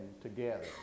together